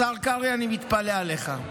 השר קרעי, אני מתפלא עליך.